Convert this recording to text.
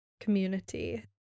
community